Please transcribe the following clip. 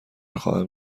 خواهم